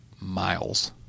miles